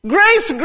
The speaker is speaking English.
Grace